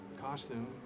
costume